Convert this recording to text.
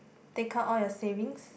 take out all your savings